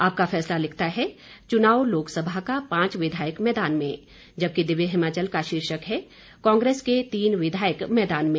आपका फैसला लिखता है चुनाव लोकसभा का पांच विधायक मैदान में जबकि दिव्य हिमाचल का शीर्षक है कांग्रेस के तीन विधायक मैदान में